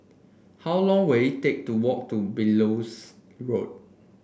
how long will it take to walk to Belilios Road